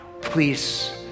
please